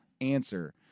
answer